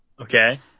Okay